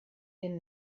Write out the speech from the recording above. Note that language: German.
den